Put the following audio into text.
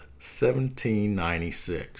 1796